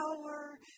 power